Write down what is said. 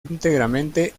íntegramente